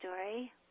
story